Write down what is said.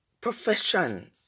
profession